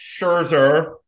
Scherzer